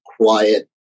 quiet